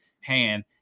hand